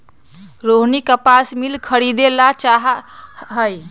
रोहिनी कपास मिल खरीदे ला चाहा हई